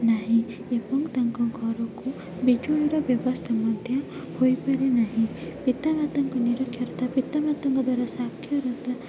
ନାହିଁ ଏବଂ ତାଙ୍କ ଘରକୁ ବିଜୁଳିର ବ୍ୟବସ୍ଥା ମଧ୍ୟ ହୋଇପାରେନାହିଁ ପିତାମାତାଙ୍କ ନିରକ୍ଷରତା ପିତାମାତାଙ୍କ ଦ୍ଵାରା ସାକ୍ଷରତା